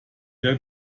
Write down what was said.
der